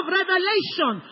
revelation